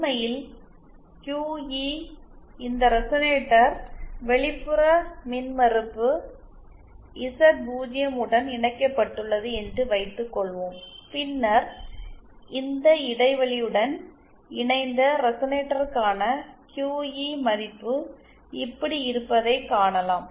உண்மையில் QE இந்த resonator வெளிப்புற மின்மறுப்பு Z0 உடன் இணைக்கப்பட்டுள்ளது என்று வைத்துக்கொள்வோம் பின்னர் இந்த இடைவெளியுடன் இணைந்த ரெசனேட்டருக்கான QE மதிப்பு இப்படி இருப்பதைக் காணலாம்